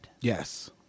Yes